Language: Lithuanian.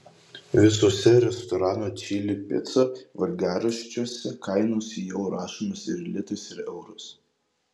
visuose restoranų čili pica valgiaraščiuose kainos jau rašomos ir litais ir eurais